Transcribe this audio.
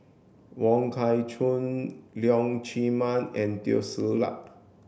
Wong Kah Chun Leong Chee Mun and Teo Ser Luck